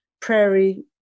Prairie